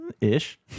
Ish